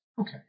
Okay